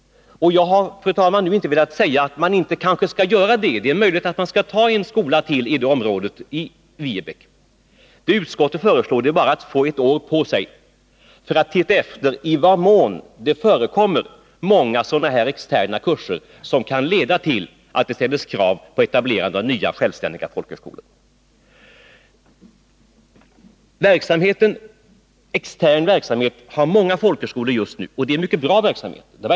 Jag har, fru talman, inte velat säga att man inte skulle göra det. Det är möjligt att man skall ta en skola till i Viebäck. Vad utskottet föreslår är bara att man får ett år på sig för att se efter i vad mån det förekommer många externa kurser av det här slaget som kan leda till att det ställs krav på etablerande av nya, självständiga folkhögskolor. Många folkhögskolor har just nu extern verksamhet av mycket god kvalitet.